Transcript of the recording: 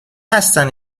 هستن